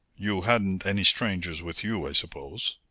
you hadn't any strangers with you, i suppose?